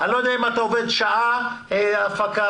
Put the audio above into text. ושלא תצטרך לבוא לרווחה ותתעסק הרבה בספורט,